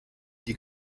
die